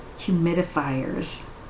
humidifiers